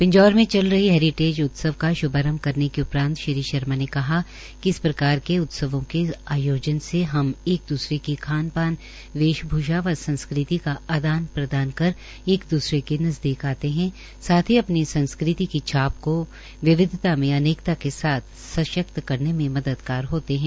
पिंजौर में चल रहे हैरिटेज उत्सव का श्भारंभ करने के उपरान्त श्री शर्मा ने कहा कि इस प्रकार के उत्सवों के आयोजन से हम एक दूसरे की खान पान वेश भूषा व संस्कृति का आदान प्रदान कर एक अपनी संस्कृति की छाप को विविधता में अनेकता के साथ सशक्त करने में मददगार होते है